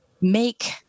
make